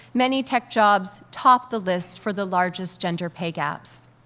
many tech jobs top the list for the largest gender pay gaps.